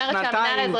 שנתיים?